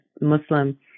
Muslim